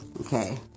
Okay